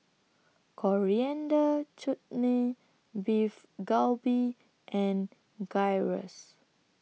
Coriander Chutney Beef Galbi and Gyros